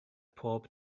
pob